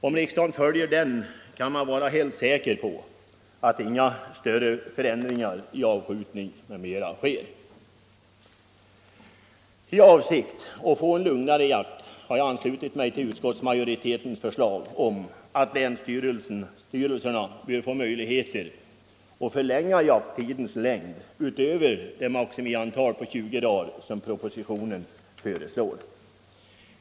Om riksdagen följer den, kan man vara helt säker på att inga större förändringar i avskjutning m.m. sker. I avsikt att få en lugnare jakt har jag anslutit mig till utskottsmajoritetens förslag om att länsstyrelserna bör ha möjlighet att förlänga jakttidens längd utöver det maximiantal på 20 dagar som propositionen föreslår.